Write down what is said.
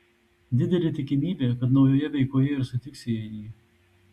didelė tikimybė kad naujoje veikoje ir sutiksite jį